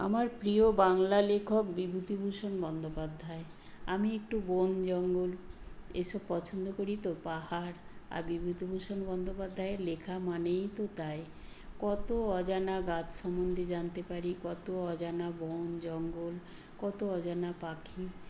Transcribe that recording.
আমার প্রিয় বাংলা লেখক বিভূতিভূষণ বন্দ্যোপাধ্যায় আমি একটু বন জঙ্গল এসব পছন্দ করি তো পাহাড় আর বিভূতিভূষণ বন্দ্যোপাধ্যায়ের লেখা মানেই তো তাই কত অজানা গাছ সম্বন্ধে জানতে পারি কত অজানা বন জঙ্গল কত অজানা পাখি